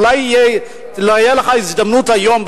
אולי תהיה לך הזדמנות היום,